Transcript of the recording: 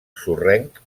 sorrenc